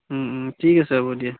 ঠিক আছে হ'ব দিয়া